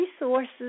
resources